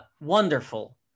wonderful